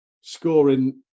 scoring